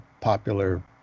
popular